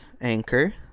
Anchor